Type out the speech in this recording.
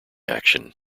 action